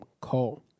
call